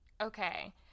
okay